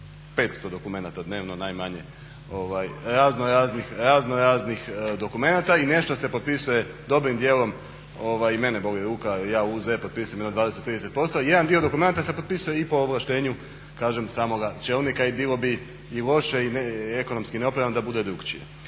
500 dokumenata dnevno najmanje raznoraznih dokumenata i nešto se potpisuje dobrim dijelom i mene boli ruka, ja … /Govornik prebrzo govori, ne razumije se./ … jedan dio dokumenata sam potpisao i ovlaštenju samoga čelnika i bilo bi i loše i ekonomski opravdano da bude drukčije.